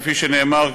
כפי שנאמר,